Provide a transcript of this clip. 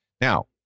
Now